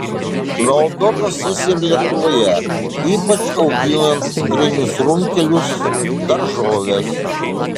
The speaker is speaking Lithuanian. naudotas jis ir lietuvoje ypač auginant cukrinius runkelius daržoves